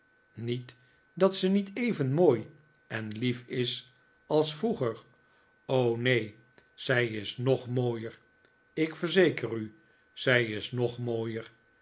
niet dat ze niet even mooi en lief is als vroeger o neen zij is nog niooier ik verzeker u zij is nog mooier